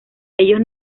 ellos